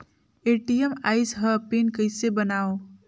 ATM आइस ह pin कइसे बनाओ?